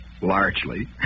largely